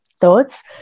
thoughts